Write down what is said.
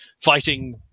fighting